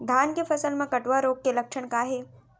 धान के फसल मा कटुआ रोग के लक्षण का हे?